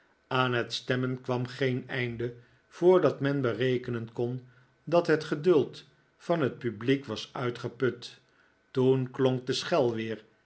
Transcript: aan het stemmen kwam geen einde voordat men berekenen kon dat het geduld van het publiek was iiitgeput toen klonk de schel weer